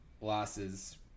losses